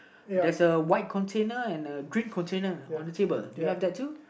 there's a white container and uh green container on the table do you have that too